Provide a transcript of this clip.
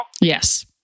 Yes